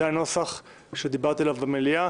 זה הנוסח שדיברתי עליו במליאה.